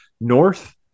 north